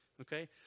okay